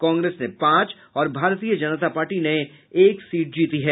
कांग्रेस ने पांच और भारतीय जनता पार्टी ने एक सीट जीती है